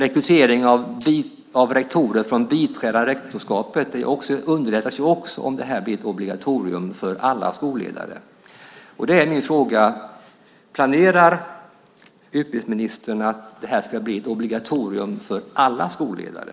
Rekrytering av rektorer bland biträdande rektorer underlättas ju också om det här blir ett obligatorium för alla skolledare. Då är min fråga: Planerar utbildningsministern att det här ska bli obligatoriskt för alla skolledare?